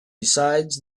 besides